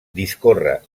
discorre